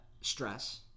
stress